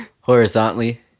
horizontally